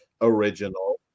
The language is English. original